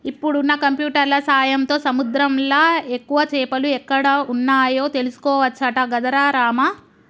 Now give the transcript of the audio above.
ఇప్పుడున్న కంప్యూటర్ల సాయంతో సముద్రంలా ఎక్కువ చేపలు ఎక్కడ వున్నాయో తెలుసుకోవచ్చట గదరా రామా